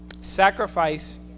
Sacrifice